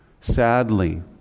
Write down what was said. sadly